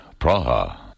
Praha